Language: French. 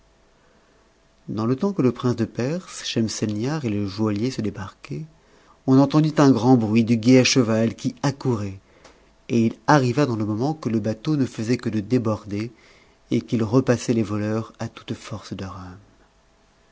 dans le temps que le prince de perse schemselnihar et le joaillier se débarquaient on entendit un grand bruit du guet à cheval qui accourait et il arriva dans e moment que le bateau ne faisait que de déborder et qu'il repassait les voleurs à toute force de rames